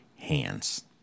Hands